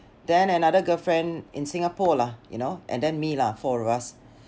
then another girlfriend in Singapore lah you know and then me lah four of us